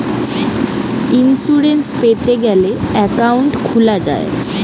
insurance পেতে গ্যালে account খুলা যায়